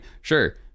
Sure